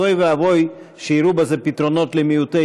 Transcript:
אז אוי ואבוי אם יראו בזה פתרונות למעוטי